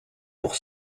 pour